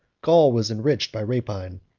gaul was enriched by rapine,